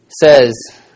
Says